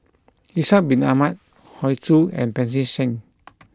Ishak bin Ahmad Hoey Choo and Pancy Seng